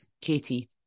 Katie